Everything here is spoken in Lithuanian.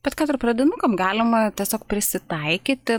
bet kad ir pradinukam galima tiesiog prisitaikyti